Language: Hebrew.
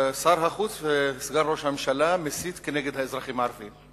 שר החוץ וסגן ראש הממשלה מסית כנגד האזרחים הערבים,